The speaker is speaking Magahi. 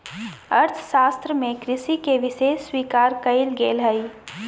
अर्थशास्त्र में कृषि के विशेष स्वीकार कइल गेल हइ